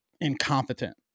incompetent